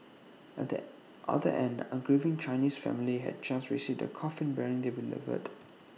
at the other end A grieving Chinese family had just received A coffin bearing their beloved